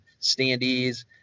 standees